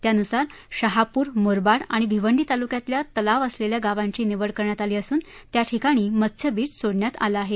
त्यानुसार शहापुर मुरबाड आणि भिवंडी तालुक्यातील तलाव असलेल्या गावांची निवड करण्यात आली असून त्या ठिकाणी मत्स्यबीज सोडण्यात आलं आहे